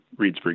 Reedsburg